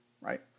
right